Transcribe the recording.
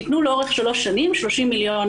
ניתנו לאורך שלוש שנים 30 מיליון